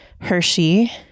Hershey